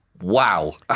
Wow